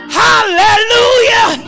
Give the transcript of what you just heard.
hallelujah